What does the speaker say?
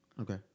okay